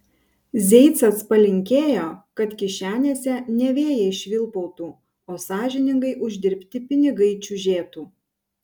zeicas palinkėjo kad kišenėse ne vėjai švilpautų o sąžiningai uždirbti pinigai čiužėtų